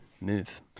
move